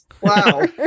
Wow